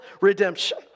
redemption